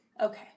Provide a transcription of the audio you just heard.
Okay